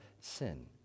sin